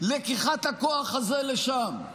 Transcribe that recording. לקיחת הכוח הזה לשם.